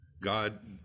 God